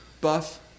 buff